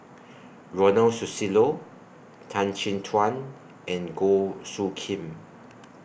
Ronald Susilo Tan Chin Tuan and Goh Soo Khim